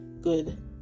good